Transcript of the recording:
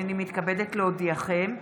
הינני מתכבדת להודיעכם,